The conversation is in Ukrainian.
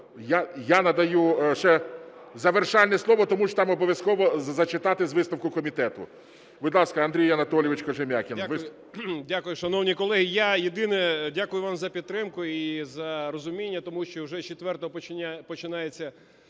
Я надаю ще завершальне слово, тому що там обов'язково зачитати з висновку комітету. Будь ласка, Андрій Анатолійович Кожем’якін. 13:33:12 КОЖЕМ’ЯКІН А.А. Дякую. Шановні колеги, я єдине, дякую вам за підтримку і за розуміння, тому що вже з 4-го починається